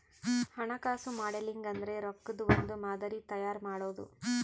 ಹಣಕಾಸು ಮಾಡೆಲಿಂಗ್ ಅಂದ್ರೆ ರೊಕ್ಕದ್ ಒಂದ್ ಮಾದರಿ ತಯಾರ ಮಾಡೋದು